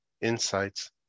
insights